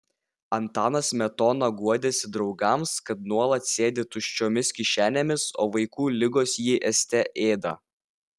antanas smetona guodėsi draugams kad nuolat sėdi tuščiomis kišenėmis o vaikų ligos jį ėste ėda